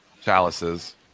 Chalices